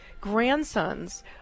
grandsons